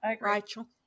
Rachel